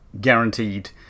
guaranteed